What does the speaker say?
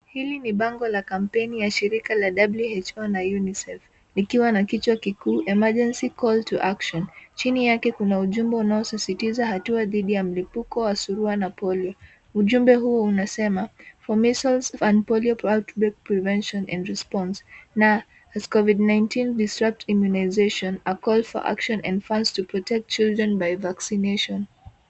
Hili ni bango la kampeni la shirika la WHO na UNICEF likiwa naam kichwa kikuu emergency called to action chini yake kuna ujumbe unasisitiza hatua dhidi ya mlipuko hasua wa polio mfumo huu una formation and polio accurate prevention and response na COVID 19 distract immunisation a call for action and funds to protect children by vaccination .